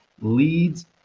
leads